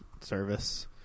service